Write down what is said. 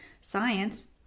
Science